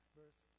verse